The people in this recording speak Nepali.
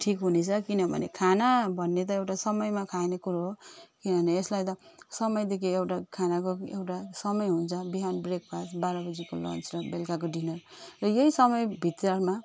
ठिक हनेछ किनभने खाना भन्ने त एउटा समयमा खाइने कुरो हो किनभने यसलाई त समय दिएको एउटा खानको एउटा समय हुन्छ बिहान ब्रेकफास्ट बाह्र बजेको लन्च र बेलुकाको डिनर र यही समयभित्रमा